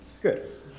good